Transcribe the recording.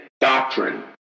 Doctrine